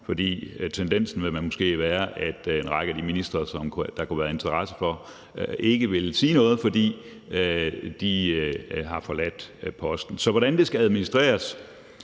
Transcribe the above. for tendensen vil måske være, at en række af de ministre, der kunne være interesse for, ikke vil sige noget, fordi de har forladt posten. Så hvordan det skal administreres,